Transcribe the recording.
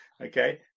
Okay